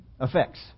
effects